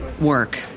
work